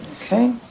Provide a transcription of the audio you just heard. Okay